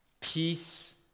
peace